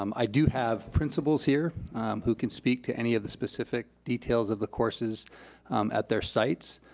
um i do have principals here who can speak to any of the specific details of the courses at their sites,